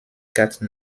carte